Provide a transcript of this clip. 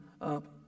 up